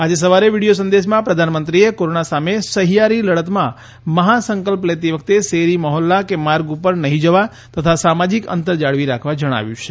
આજે સવારે વિડિયો સંદેશમાં પ્રધાનમંત્રીએ કોરોના સામે સહિયારી લડતમાં મહાસંકલ્પ લેતી વખતે શેરી મહોલ્લા કે માર્ગ ઉપર નહિં જવા તથા સામાજીક અંતર જાળવી રાખવા જણાવ્યું છે